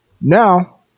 Now